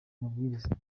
amabwiriza